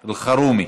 אלחרומי,